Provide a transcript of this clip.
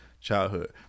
childhood